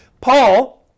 Paul